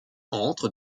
entre